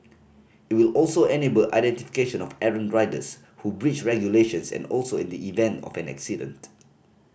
it will also enable identification of errant riders who breach regulations and also in the event of an accident